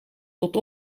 tot